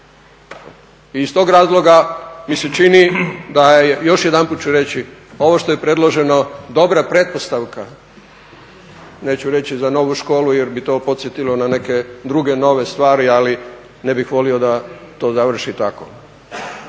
I iz tog razloga mi se čini da je još jedanput ću reći ovo što je predloženo dobra pretpostavka neću reći za novu školu jer bi to podsjetilo na neke druge nove stvari ali ne bih volio da to završi tako.